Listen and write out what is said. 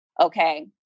okay